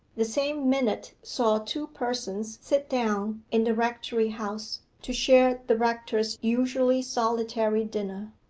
the same minute saw two persons sit down in the rectory-house to share the rector's usually solitary dinner.